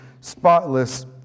spotless